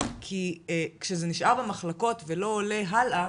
כי כשזה נשאר במחלקות ולא עולה הלאה,